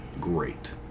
great